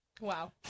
Wow